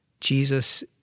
Jesus